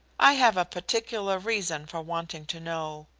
i have a particular reason for wanting to know.